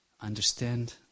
understand